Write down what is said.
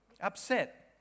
upset